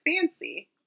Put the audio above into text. fancy